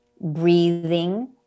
breathing